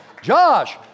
Josh